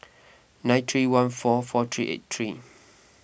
nine three one four four three eight three